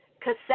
cassette